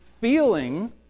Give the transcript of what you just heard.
feeling